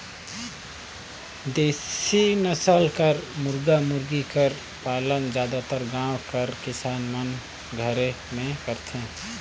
देसी नसल कर मुरगा मुरगी कर पालन जादातर गाँव कर किसान मन घरे में करथे